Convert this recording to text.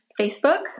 Facebook